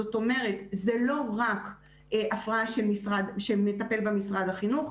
זאת אומרת זה לא רק הפרעה שמטפל בה משרד החינוך,